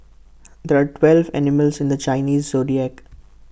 there are twelve animals in the Chinese Zodiac